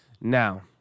now